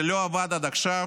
זה לא עבד עד עכשיו,